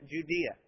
Judea